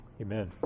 Amen